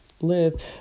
Live